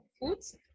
foods